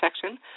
Section